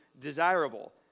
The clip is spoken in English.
desirable